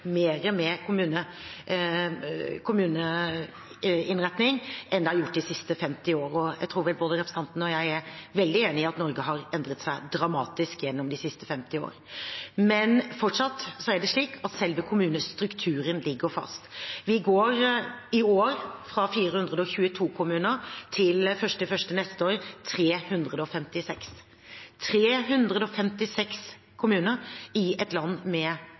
med kommuneinnretning enn det har blitt gjort de siste 50 årene. Jeg tror både representanten og jeg er helt enige om at Norge har endret seg dramatisk gjennom de siste 50 år. Men fortsatt er det slik at selve kommunestrukturen ligger fast. Vi går fra 422 kommuner i år til 356 fra 1. januar neste år – 356 kommuner i et land med